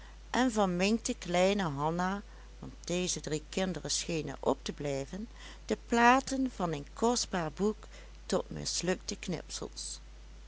en verminkte kleine hanna want deze drie kinderen schenen op te blijven de platen van een kostbaar boek tot mislukte knipsels